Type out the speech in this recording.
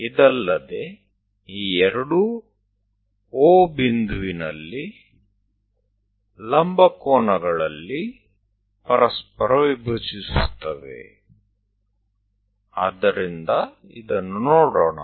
ಇದಲ್ಲದೆ ಈ ಎರಡೂ O ಬಿಂದುವಿನಲ್ಲಿ ಲಂಬ ಕೋನಗಳಲ್ಲಿ ಪರಸ್ಪರ ವಿಭಜಿಸುತ್ತವೆ ಆದ್ದರಿಂದ ಇದನ್ನು ನೋಡೋಣ